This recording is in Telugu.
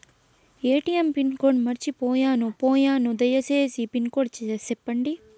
ఎ.టి.ఎం పిన్ కోడ్ మర్చిపోయాను పోయాను దయసేసి పిన్ కోడ్ సెప్పండి?